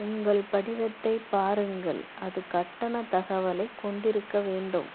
உங்கள் படிவத்தைப் பாருங்கள் அது கட்டணத் தகவலைக் கொண்டிருக்க வேண்டும்